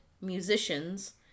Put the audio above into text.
musicians